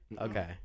Okay